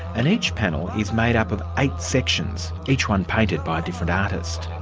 and each panel is made up of eight sections, each one painted by a different artist.